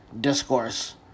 discourse